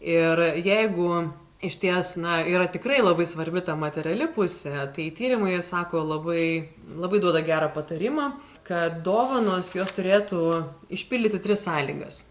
ir jeigu išties na yra tikrai labai svarbi ta materiali pusė tai tyrimai sako labai labai duoda gerą patarimą kad dovanos jos turėtų išpildyti tris sąlygas